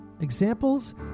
Examples